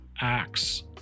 acts